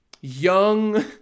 young